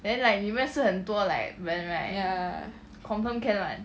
ya